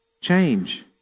Change